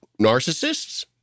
narcissists